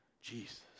Jesus